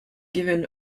given